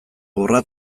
horra